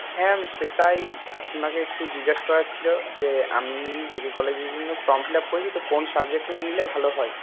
হ্যাঁ ম্যাম সেটাই আপনাকে একটু জিজ্ঞাসা করার ছিল যে আমি জেকে কলেজের জন্য ফর্ম ফিলাপ করেছি তো কোন সাবজেক্টটা নিলে ভালো হয়